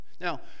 Now